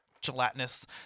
gelatinous